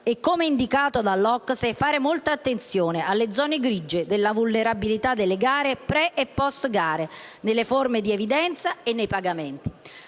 e - come indicato dall'OCSE - fare molta attenzione alle zone grigie della vulnerabilità delle gare, sia prima che dopo, nelle forme di evidenza nei pagamenti.